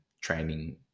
training